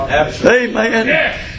Amen